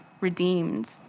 redeemed